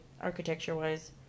architecture-wise